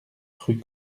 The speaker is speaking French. rue